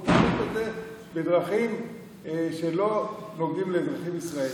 הוא ניגש לזה בדרכים שלא נוגעות לאזרחים ישראלים.